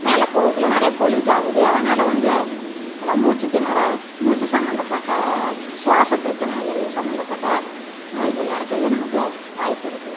மேலே போகக்குள்ளே நிறையா பொலியூட் ஆகுது அதனால் வந்து அதாவது மூச்சுத்திணறல் மூச்சு சம்மந்தப்பட்ட சுவாச பிரச்சனைகள் சம்மந்தப்பட்ட நோய்கள் வரத்துக்கு நமக்கு வாய்ப்பு இருக்கு